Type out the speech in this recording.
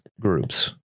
groups